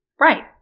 Right